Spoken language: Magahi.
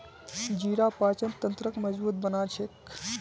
जीरा पाचन तंत्रक मजबूत बना छेक